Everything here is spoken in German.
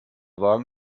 wagen